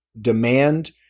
demand